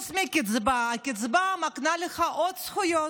חוץ מקצבה, הקצבה מקנה לך עוד זכויות.